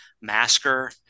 masker